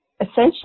Essentially